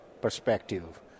perspective